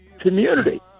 community